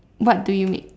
what do you make